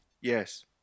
Yes